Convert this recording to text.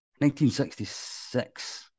1966